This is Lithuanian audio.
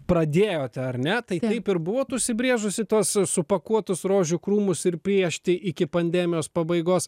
pradėjote ar ne tai taip ir buvot užsibrėžusi tuos supakuotus rožių krūmus ir piešti iki pandemijos pabaigos